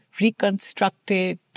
reconstructed